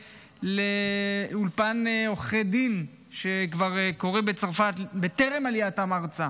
של אולפן לעורכי דין שכבר קורה בצרפת בטרם עלייתם ארצה,